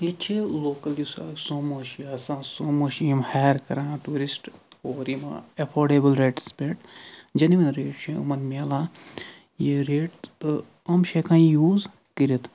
ییٚتہِ چھِ لوکَل یُس سومو چھُ آسان سومو چھِ یِم ہَیَر کَران ٹیٛوٗرِسٹ اور یوان ایٚفوڈیبُل ریٹس پٮ۪ٹھ جیٚنون ریٹس چھِ یِمن میلان یہِ ریٹ تہٕ یِم چھِ ہٮ۪کان یہ یوٗز کٔرِتھ